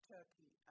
Turkey